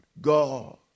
God